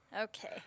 Okay